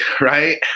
Right